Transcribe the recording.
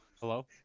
hello